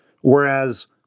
Whereas